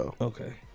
Okay